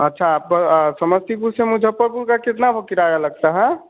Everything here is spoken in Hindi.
अच्छा आप समस्तीपुर से मुज़फ़्फ़रपुर का कितना किराया लगता है